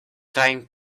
trying